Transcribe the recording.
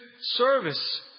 service